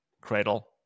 Cradle